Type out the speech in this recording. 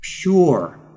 pure